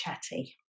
chatty